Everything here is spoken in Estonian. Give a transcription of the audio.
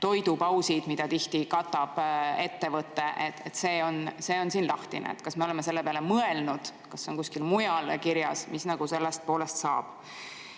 toidupausidele, mida tihti katab ettevõte. See on siin lahtine. Kas me oleme selle peale mõelnud, kas see on kuskil mujal kirjas, mis sellest poolest saab?